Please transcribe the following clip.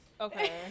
Okay